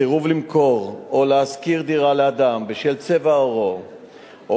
סירוב למכור או להשכיר דירה לאדם בשל צבע עורו או